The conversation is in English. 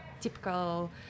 typical